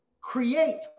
create